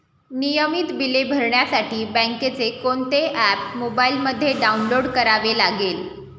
नियमित बिले भरण्यासाठी बँकेचे कोणते ऍप मोबाइलमध्ये डाऊनलोड करावे लागेल?